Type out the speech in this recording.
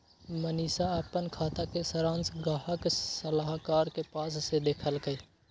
मनीशा अप्पन खाता के सरांश गाहक सलाहकार के पास से देखलकई